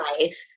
life